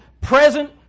present